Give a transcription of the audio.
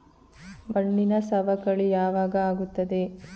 ಮಣ್ಣಿನ ಸವಕಳಿ ಯಾವಾಗ ಆಗುತ್ತದೆ?